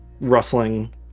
rustling